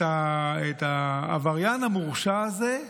את העבריין המורשע הזה,